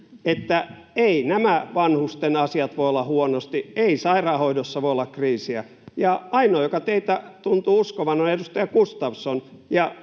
että eivät nämä vanhusten asiat voi olla huonosti, ei sairaanhoidossa voi olla kriisiä. Ja ainoa, joka teitä tuntui uskovan, on edustaja Gustafsson,